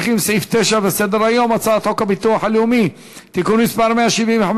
הצעת חוק הביטוח הלאומי (תיקון מס' 174),